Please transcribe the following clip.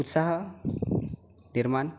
उत्साह निर्माण